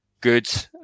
good